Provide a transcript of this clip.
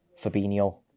Fabinho